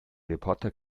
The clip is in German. reporter